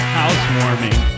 housewarming